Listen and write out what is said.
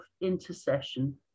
intercession